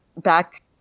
back